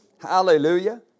Hallelujah